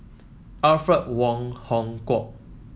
Alfred Wong Hong Kwok